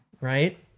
Right